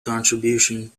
contribution